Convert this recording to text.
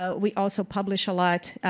ah we also publish a lot.